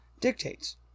dictates